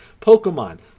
Pokemon